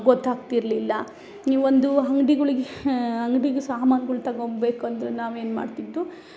ಗೊತಾಗ್ತಿರಲಿಲ್ಲ ನೀವು ಒಂದು ಅಂಗ್ಡಿಗಳಿಗೆ ಅಂಗ್ಡಿಗೆ ಸಮಾನುಗಳು ತಗೊಂಬೇಕಂದರೆ ನಾವು ಏನು ಮಾಡ್ತಿತ್ತು